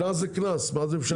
קנס זה קנס, מה זה משנה?